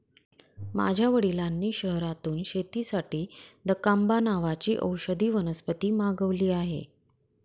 माझ्या वडिलांनी शहरातून शेतीसाठी दकांबा नावाची औषधी वनस्पती मागवली आहे